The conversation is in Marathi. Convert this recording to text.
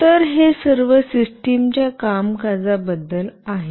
तर हे सर्व सिस्टम च्या कामकाजाबद्दल आहे